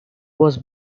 was